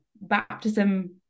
baptism